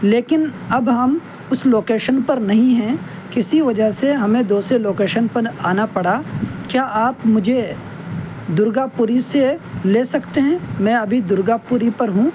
لیکن اب ہم اس لوکیشن پر نہیں ہیں کسی وجہ سے ہمیں دوسرے لوکیشن پر آنا پڑا کیا آپ مجھے درگاپوری سے لے سکتے ہیں میں ابھی درگاپوری پر ہوں